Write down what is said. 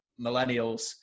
millennials